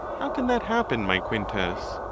how can that happen, my quintus?